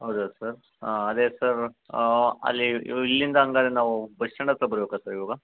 ಹೌದಾ ಸರ್ ಅದೇ ಸರ್ ಅಲ್ಲಿ ಇಲ್ಲಿಂದ ಹಂಗಾರೆ ನಾವು ಬಸ್ ಸ್ಟ್ಯಾಂಡ್ ಹತ್ರ ಬರಬೇಕಾ ಸರ್ ಇವಾಗ